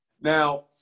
Now